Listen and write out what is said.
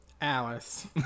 Alice